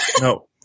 No